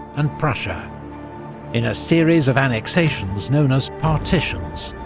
and prussia in a series of annexations known as partitions,